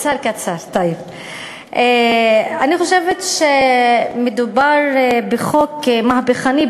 אני חושבת שמדובר בחוק מהפכני,